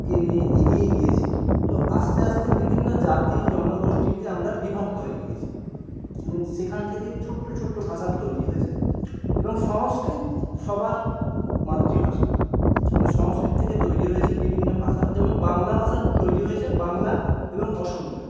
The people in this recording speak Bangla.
কে নিয়ে এগিয়ে গিয়েছি তো আসতে আসতে বিভিন্ন জাতী জনগোষ্ঠীতে আমরা বিভক্ত হয়ে গিয়েছি এবং সেখান থেকে ছোট্ট ছোট্ট ভাষা তৈরি হয়েছে এবং সংস্কৃত সবার মাতৃভাষা এবং সংস্কৃত থেকে তৈরি হয়েছে বিভিন্ন ভাষা যেমন বাংলা ভাষা তৈরি হয়েছে বাংলা এবং অসমীয়া